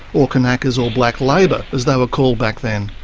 or kanakas or black labour, as they were called back then.